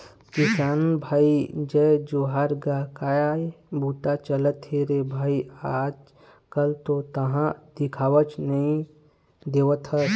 किसान भाई जय जोहार गा काय बूता चलत हे रे भई आज कल तो तेंहा दिखउच नई देवत हस?